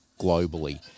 globally